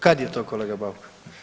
Kad je to kolega Bauk?